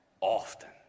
often